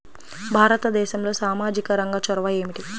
భారతదేశంలో సామాజిక రంగ చొరవ ఏమిటి?